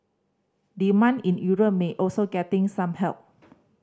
demand in Europe may also getting some help